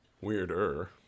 Weirder